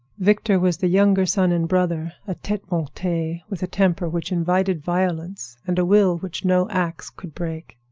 victor was the younger son and brother a tete montee, with a temper which invited violence and a will which no ax could break.